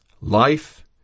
life